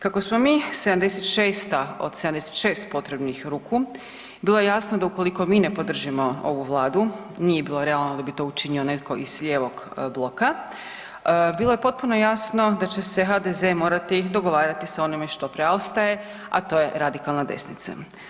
Kako smo mi 76. od 76 potrebnih ruku, bilo je jasno da ukoliko mi ne podržimo ovu Vladu, nije bilo realno da bi to učinio netko iz lijevog bloka, bilo je potpuno jasno da će se HDZ morati dogovarati sa onime što preostaje, a to je radikalna desnica.